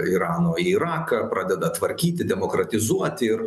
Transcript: irano į iraką pradeda tvarkyti demokratizuoti ir